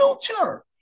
future